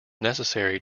necessary